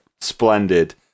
Splendid